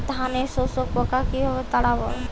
ধানে শোষক পোকা কিভাবে তাড়াব?